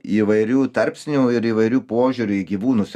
įvairių tarpsnių ir įvairių požiūrių į gyvūnus